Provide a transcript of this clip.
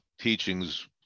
teachings